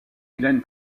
une